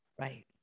Right